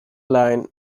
line